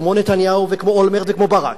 וכמו נתניהו וכמו אולמרט וכמו ברק,